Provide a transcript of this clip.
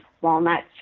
walnuts